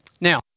Now